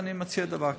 אני מציע דבר כזה: